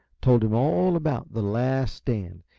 told him all about the last stand,